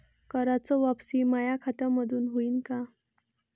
कराच वापसी माया खात्यामंधून होईन का?